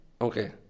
Okay